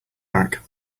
back